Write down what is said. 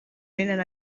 vénen